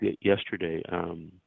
yesterday